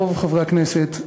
רוב חברי הכנסת,